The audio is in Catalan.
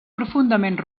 profundament